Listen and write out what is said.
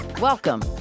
Welcome